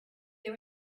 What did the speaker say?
they